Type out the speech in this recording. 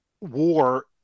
war